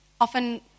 often